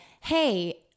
hey